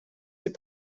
ses